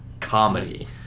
comedy